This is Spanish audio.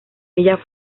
ella